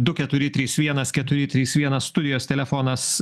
du keturi trys vienas keturi trys vienas studijos telefonas